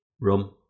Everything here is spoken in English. rum